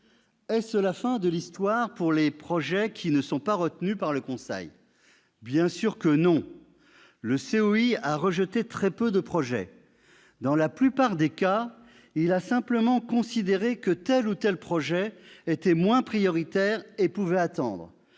est-ce la fin de l'histoire pour les projets qui ne sont pas retenus par le Conseil d'orientation des infrastructures ? Bien sûr que non ! Le COI a rejeté très peu de projets. Dans la plupart des cas, il a simplement considéré que tel ou tel projet était moins prioritaire et pouvait attendre.